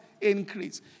Increase